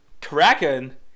Kraken